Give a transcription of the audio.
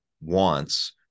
wants